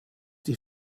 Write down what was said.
die